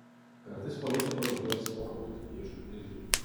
kartais politikoje labiau apsimoka būti vėžliu nei zuikiu